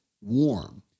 warm